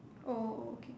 oh okay